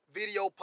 video